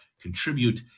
contribute